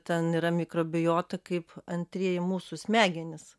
ten yra mikrobiota kaip antrieji mūsų smegenys